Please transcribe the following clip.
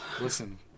Listen